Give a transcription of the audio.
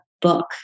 book